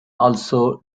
also